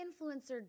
influencer